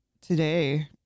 today